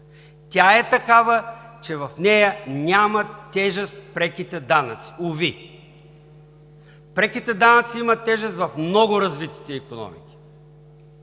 Тя е такава, че в нея нямат тежест преките данъци, уви. Преките данъци имат тежест в много развитите икономики.